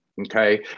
Okay